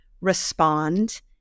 respond